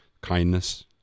kindness